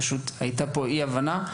פשוט הייתה פה אי הבנה,